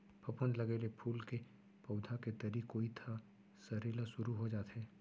फफूंद लगे ले फूल के पउधा के तरी कोइत ह सरे ल सुरू हो जाथे